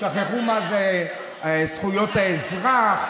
שכחו מה זה זכויות האזרח.